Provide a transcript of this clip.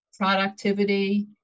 productivity